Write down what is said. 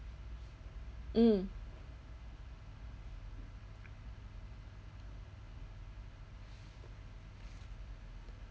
mm